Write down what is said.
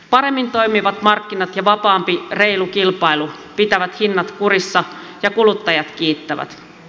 paremmin toimivat markkinat ja vapaampi reilu kilpailu pitävät hinnat kurissa ja kuluttajat kiittävät